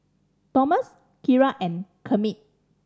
Tomas Kiara and Kermit